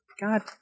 God